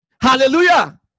hallelujah